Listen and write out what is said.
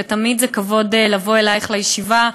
ותמיד זה כבוד לבוא אלייך לישיבה.